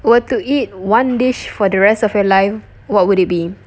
were to eat one dish for the rest of your life what would it be